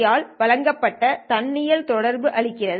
all வழங்கப்பட்ட தன்னியல் தொடர்பு அளிக்கிறது